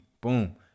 Boom